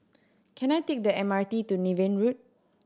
can I take the M R T to Niven Road